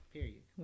Period